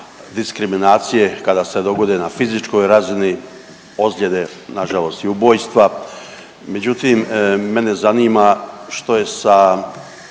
diskriminacije kada se dogode na fizičkoj razini ozljede i ubojstva. Međutim, mene zanima što je sa